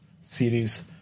series